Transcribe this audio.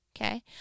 Okay